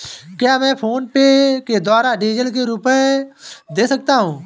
क्या मैं फोनपे के द्वारा डीज़ल के रुपए दे सकता हूं?